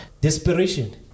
Desperation